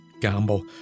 Gamble